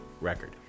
record